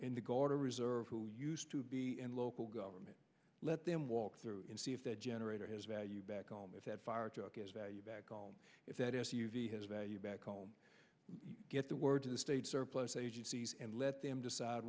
in the guard or reserve who used to be in local government let them walk through and see if that generator has value back home if that fire truck is value back home if that s u v has value back home get the word to the state surplus agencies and let them decide